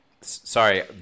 sorry